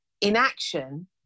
Inaction